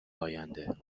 آینده